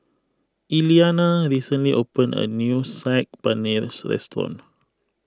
Iliana recently opened a new Saag Paneer restaurant